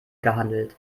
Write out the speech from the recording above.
gehandelt